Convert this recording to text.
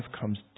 comes